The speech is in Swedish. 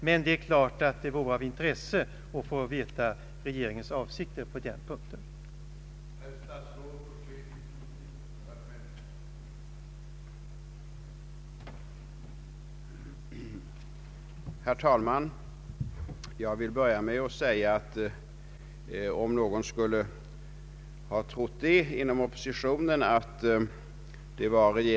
Men självfallet vore det av intresse att få veta regeringens avsikter på den punkten min fråga avser.